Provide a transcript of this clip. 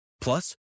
Plus